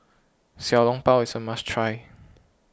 Xiao Long Bao is a must try